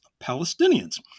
Palestinians